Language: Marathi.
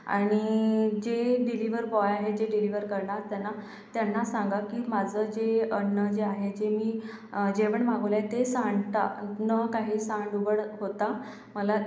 आणि जे डिलीवर बॉय आहे जे डिलीवर करणार त्यांना त्यांना सांगा की माझं जे अन्न जे आहे जे मी जेवण मागवलंय ते सांडता न काही सांडउगड होता मला